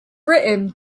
written